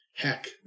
Heck